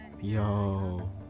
Yo